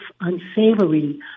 unsavory